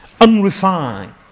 unrefined